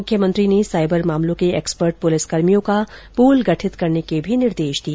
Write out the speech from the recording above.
मुख्यमंत्री ने साइबर मामलों के एक्सपर्ट पुलिसकर्मियों का पूल गठित करने के भी निर्देश दिए